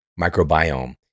microbiome